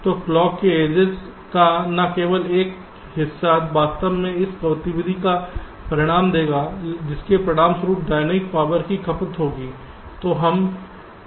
तो क्लॉक के एजिज का केवल एक हिस्सा वास्तव में एक गतिविधि का परिणाम देगा जिसके परिणामस्वरूप डायनेमिक पावर की खपत होगी